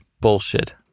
bullshit